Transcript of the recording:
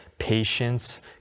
patience